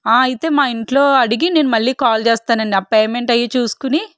ఆ అయితే మా ఇంట్లో అడిగి నేను మళ్ళీ కాల్ చేస్తాను అండి ఆ పేమెంట్ అయ్యి చూసుకొని